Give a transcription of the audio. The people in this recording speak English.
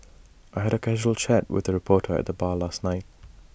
I had A casual chat with A reporter at the bar last night